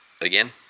again